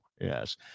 Yes